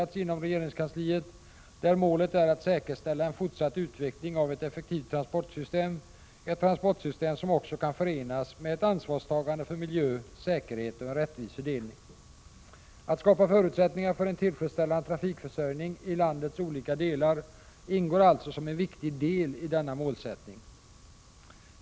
1986/87:49 jats inom regeringskansliet, där målet är att säkerställa en fortsatt utveckling 15 december 1986 av ett effektivt transportsystem — ett transportsystem som också kan förenas Zn med ett ansvarstagande för miljö, säkerhet och en rättvis fördelning. Att skapa förutsättningar för en tillfredsställande trafikförsörjning i landets olika delar ingår alltså som en viktig del i denna målsättning.